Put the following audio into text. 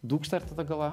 dūksta ir tada galvoju